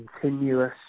continuous